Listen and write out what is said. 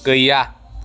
गैया